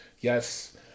yes